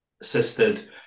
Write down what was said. assisted